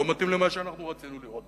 לא מתאים למה שאנחנו רצינו לראות,